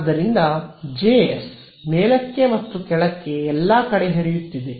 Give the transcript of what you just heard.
ಆದ್ದರಿಂದ ಜೆಎಸ್ ಮೇಲಕ್ಕೆ ಮತ್ತು ಕೆಳಕ್ಕೆ ಎಲ್ಲಾ ಕಡೆ ಹರಿಯುತ್ತಿದೆ